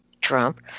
Trump